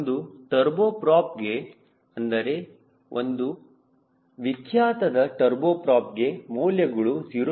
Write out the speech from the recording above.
ಒಂದು ಟರ್ಬೋಪ್ರಾಪ್ಗೆ ಅಂದರೆ ಒಂದು ವಿಖ್ಯಾತವಾದ ಟರ್ಬೋಪ್ರಾಪ್ಗೆ ಮೌಲ್ಯಗಳು 0